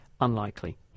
unlikely